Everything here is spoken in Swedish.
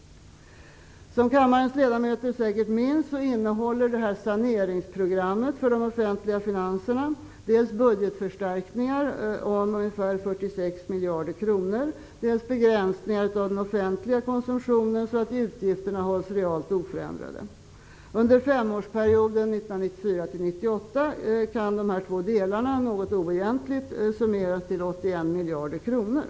Som kammarens ledamöter säkert minns innehåller saneringsprogrammet för de offentliga finanserna dels budgetförstärkningar om ungefär 46 miljarder kronor, dels begränsningar av den offentliga konsumtionen, så att utgifterna hålls realt oförändrade. Under femårsperioden 1994--1998 kan dessa två delar något oegentligt summeras till 81 miljarder kronor.